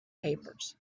papers